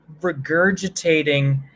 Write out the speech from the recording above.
regurgitating